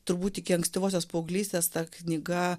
turbūt iki ankstyvosios paauglystės ta knyga